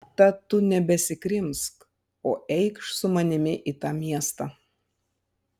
tad tu nebesikrimsk o eikš su manimi į tą miestą